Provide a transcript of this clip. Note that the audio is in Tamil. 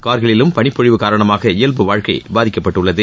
கார்கிலிலும் பனிப்பொழிவு காரணமாக இயல்பு வாழ்க்கை பாதிக்கப்பட்டுள்ளது